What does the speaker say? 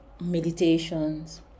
meditations